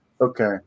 Okay